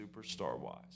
superstar-wise